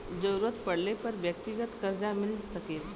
जरूरत पड़ले पर व्यक्तिगत करजा मिल सके